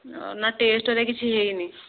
ନା ଟେଷ୍ଟ ହେରିକା କିଛି ହୋଇନି